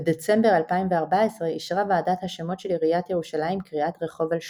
בדצמבר 2014 אישרה ועדת השמות של עיריית ירושלים קריאת רחוב על שמה.